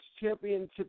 championship